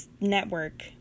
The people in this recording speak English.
network